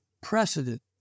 precedent